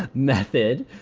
method,